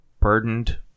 burdened